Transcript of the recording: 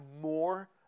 more